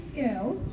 girls